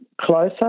closer